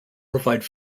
provide